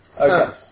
Okay